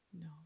No